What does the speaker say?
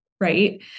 right